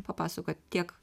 papasakot tiek